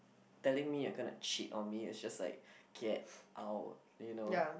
telling me you're gonna cheat on me it's just like get out you know